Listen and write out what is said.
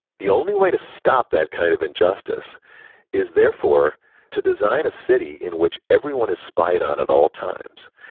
the only way to stop that kind of injustice is therefore to design a city in which everyone is spied on at all times,